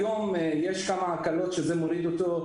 היום יש כמה הקלות שזה מוריד את העלות,